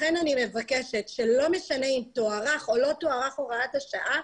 לכן אני מבקשת שלא משנה אם תוארך או לא תוארך הוראת השעה,